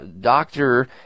doctor